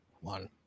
one